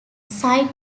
site